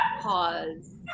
pause